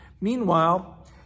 Meanwhile